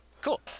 Cool